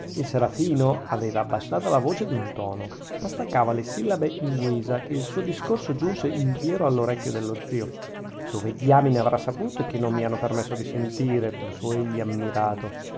il serafino aveva abbassata la voce d'un tono ma staccava le sillabe in guisa che il suo discorso giunse intiero all'orecchio dello zio dove diamine avrà saputo che non mi hanno permesso di sentire pensò egli ammirato